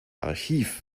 archiv